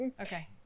Okay